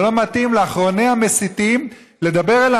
זה לא מתאים לאחרוני המסיתים לדבר על